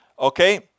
Okay